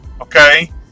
okay